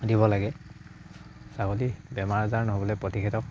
দিব লাগে ছাগলী বেমাৰ আজাৰ নহ'বলে প্ৰতিষেধক